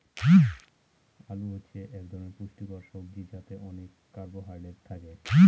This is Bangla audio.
আলু হচ্ছে এক ধরনের পুষ্টিকর সবজি যাতে অনেক কার্বহাইড্রেট থাকে